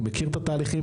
הוא מכיר את התהליכים